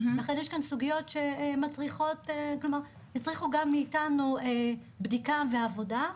לכן יש כאן סוגיות שמצריכות גם מאתנו בדיקה ועבודה.